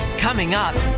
coming up.